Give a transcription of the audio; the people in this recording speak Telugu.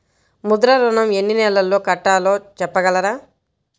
ముద్ర ఋణం ఎన్ని నెలల్లో కట్టలో చెప్పగలరా?